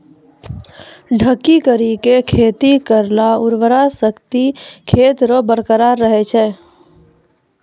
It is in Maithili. ढकी करी के खेती करला उर्वरा शक्ति खेत रो बरकरार रहे छै